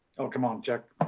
oh, come on jack.